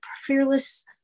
fearless